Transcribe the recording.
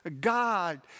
God